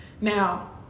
Now